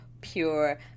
pure